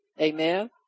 Amen